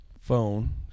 phone